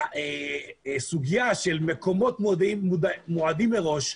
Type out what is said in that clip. הסוגיה של מקומות מועדים מראש,